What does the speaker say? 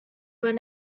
were